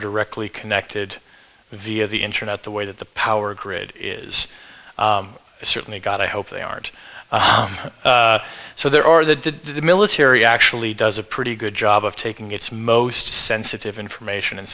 directly connected via the internet the way that the power grid is certainly got i hope they aren't so there are the military actually does a pretty good job of taking its most sensitive information